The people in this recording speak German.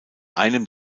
einem